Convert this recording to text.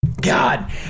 god